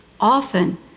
often